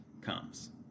comes